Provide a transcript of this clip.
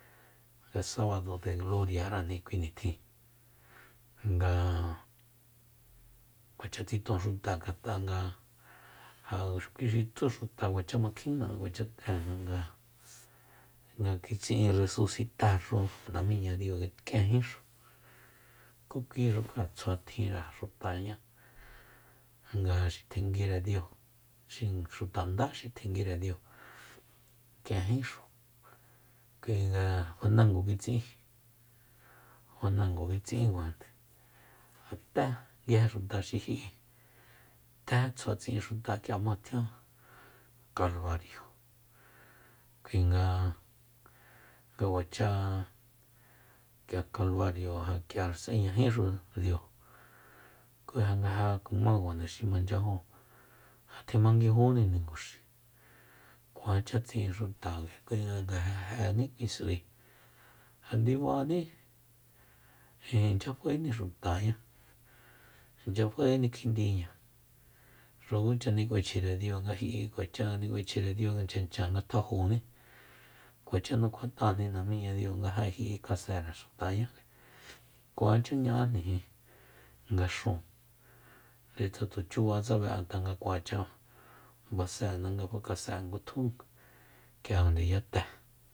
Sabado de gloriarani kui nitjin nga kuacha tsiton xuta ngat'a nga ja kui xi tsú xuta kuacha makjina kuacha t'éna nga kitsi'in resusitaxu namiña diu k'ienjíxu ku kuixukjua tsjuatjinre xutaña nga xi tenguire diu xi xuta nda xi tjenguire diu k'ienjíxu kuinga fanango kitsi'in fanango kitsi'in kuajande ja té nguije xuta xi ji'i té tsjua tsi'in xuta k'ia jma tjian kalbario kuinga nga kuacha k'ia kalbario k'ia s'eñajínxudiu kuinga nga ja kumakuande xi manchyajun ja tjimanguijúni ninguxi kuacha tsi'in xuta kuinga nga ja jéni s'ui ja ndibaní ja inchya faéni xutaña inchya faéni kjindiña xukucha nik'uechjirediu nga ji'iju kuacha chanchan nga tjajoní kuacha nukjuat'ajni namiñadiu nga ja ji'i kasere xutaña kuacha ña'ajnijin nga xúun ndetsa tuchubatse be'an tanga kuacha baséna nga fakasée ngutjú k'ia ndiyate